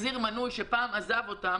למשל חברה שתרצה להחזיר מנוי שפעם עזב אותה